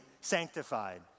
sanctified